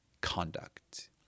conduct